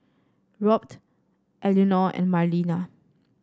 Robt Eleanor and Marlena